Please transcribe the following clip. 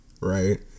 right